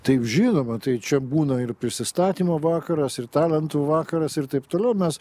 taip žinoma tai čia būna ir prisistatymo vakaras ir talentų vakaras ir taip toliau mes